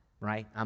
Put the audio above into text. right